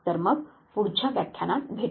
तर मग पुढच्या व्याख्यानात भेटू